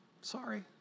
sorry